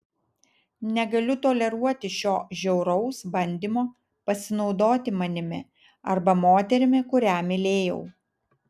negaliu toleruoti šio žiauraus bandymo pasinaudoti manimi arba moterimi kurią mylėjau